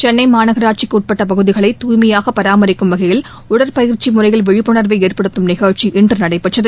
சென்னை மாநகராட்சிக்கு உட்பட்ட பகுதிகளை துய்மையாக பராமரிக்கும் வகையில் உடற்பயிற்சி முறையில் விழிப்புணர்வை ஏற்படுத்தும் நிகழ்ச்சி இன்று நடைபெற்றது